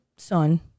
Son